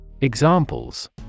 Examples